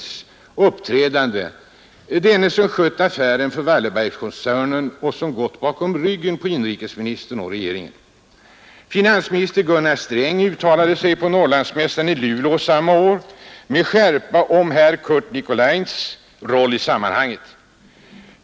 information uppträdande, denne som skött affären för Wallenbergkoncernen och som till de anställda vid gått bakom ryggen på inrikesministern och regeringen. företagsöverlåtelser m.m. Finansminister Gunnar Sträng uttalade sig på Norrlandsmässan i Luleå samma år med skärpa om herr Curt Nicolins roll i sammanhanget.